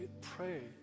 pray